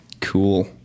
Cool